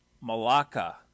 Malacca